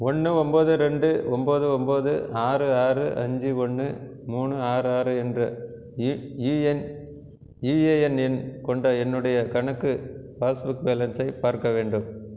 ஒன்று ஒம்போது ரெண்டு ஒம்போது ஒம்போது ஆறு ஆறு அஞ்சு ஒன்று மூணு ஆறு ஆறு என்ற யுஏஎன் எண் கொண்ட என்னுடைய கணக்கு பாஸ்புக் பேலன்ஸை பார்க்க வேண்டும்